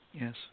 Yes